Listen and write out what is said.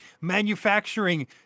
manufacturing